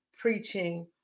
preaching